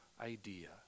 idea